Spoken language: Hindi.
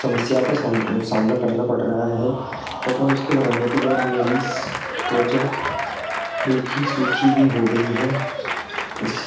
समस्याओं का साम सामना करना पड़ रहा है तथा उसके लगाने के बाद मेरी त्वचा रूखी सूखी भी हो गई है इस